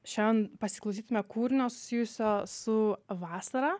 šen pasiklausykime kūrinio susijusio su vasara